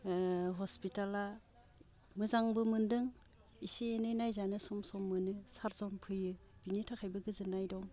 हस्पिटाला मोजांबो मोन्दों एसे एनै नायजानो सम सम मोनो सारजन फैयो बिनि थाखायबो गोजोननाय दं